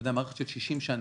מדובר במערכת של 60 שנה,